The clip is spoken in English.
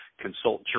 consult